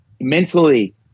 mentally